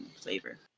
flavor